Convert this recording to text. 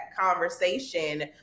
conversation